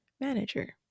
manager